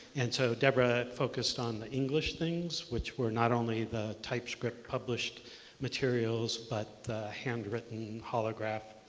and so debra focused on the english things which were not only the typed script published materials but the handwritten holograph,